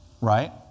right